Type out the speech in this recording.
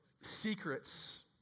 secrets